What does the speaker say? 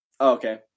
okay